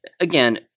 Again